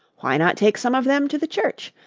why not take some of them to the church?